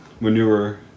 manure